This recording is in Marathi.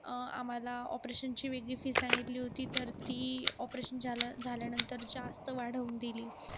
आम्हाला ऑपरेशनची वेगळी फी सांगितली होती तर ती ऑपरेशन झाल्या झाल्यानंतर जास्त वाढवून दिली